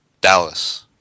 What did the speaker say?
Dallas